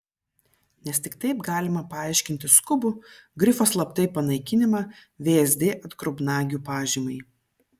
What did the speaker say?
nes tik taip galima paaiškinti skubų grifo slaptai panaikinimą vsd atgrubnagių pažymai